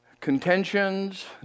Contentions